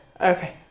Okay